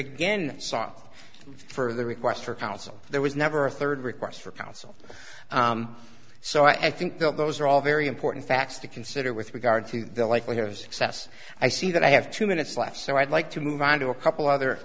again saw for the requests for counsel there was never a third request for counsel so i think that those are all very important facts to consider with regard to the likelihood of success i see that i have two minutes left so i'd like to move on to a couple other